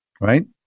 Right